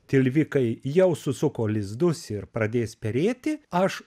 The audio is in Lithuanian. tilvikai jau susuko lizdus ir pradės perėti aš